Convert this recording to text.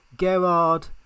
Gerard